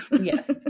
Yes